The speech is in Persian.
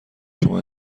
شما